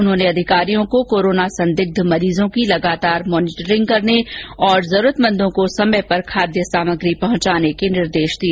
उन्होंने अधिकारियों को कोरोना संदिग्ध मरीजों की लगातार मोनिटरिंग करने और जरूरतमंदों को समय पर खाद्य सामग्री पहुंचाने के निर्देश दिए